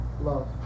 love